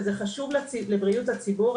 וזה חשוב לבריאות הציבור,